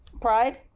pride